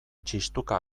txistuka